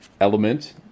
element